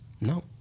No